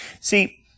see